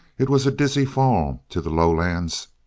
it was a dizzy fall to the lowlands.